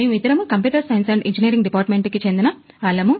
మేము ఇద్దరమూ computer science and engineering department కి చెందిన వాళ్ళము